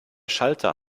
schalter